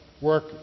work